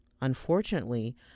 Unfortunately